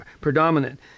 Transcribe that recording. predominant